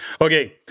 okay